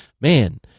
man